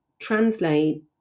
translate